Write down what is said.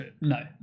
no